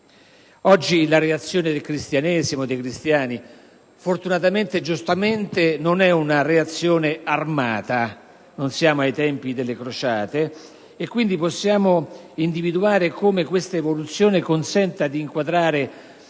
Oggi la reazione del Cristianesimo e dei cristiani, fortunatamente e giustamente, non è una reazione armata. Non siamo ai tempi delle crociate. Quindi, possiamo individuare come questa evoluzione consenta di inquadrare